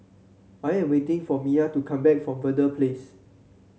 I am waiting for Mya to come back from Verde Place